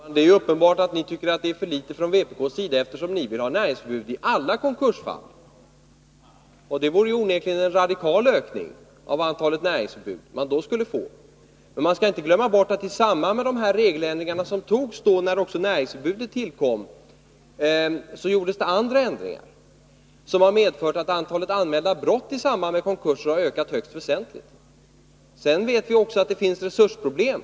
Fru talman! Det är uppenbart att vpk tycker att det meddelas för få näringsförbud, eftersom vpk vill ha näringsförbud vid alla konkursfall. Då skulle man onekligen få en radikal ökning av antalet näringsförbud. Men man skall inte glömma bort att i samband med de regeländringar som gjordes då näringsförbudet tillkom, vidtogs också andra ändringar, som har medfört att antalet anmälda brott i samband med konkurser har ökat högst väsentligt. Vi vet också att det finns resursproblem.